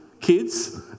kids